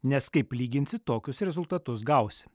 nes kaip lyginsi tokius rezultatus gausi